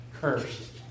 cursed